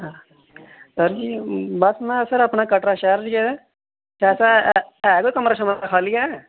sir ji bus में अपना कटड़ा शैहर च गै ऐं कैसा ऐ ऐ कोई कमरा शमरा खाली ऐ